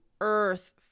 Earth